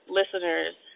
listeners